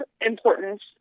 importance